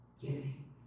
giving